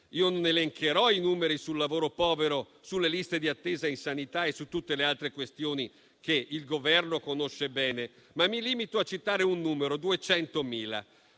Io non elencherò i numeri sul lavoro povero, sulle liste di attesa in sanità e su tutte le altre questioni che il Governo conosce bene. Ma mi limito a citare un altro numero: 200.000